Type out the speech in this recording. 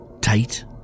tight